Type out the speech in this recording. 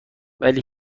ولی